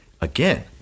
Again